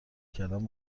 کردن